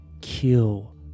kill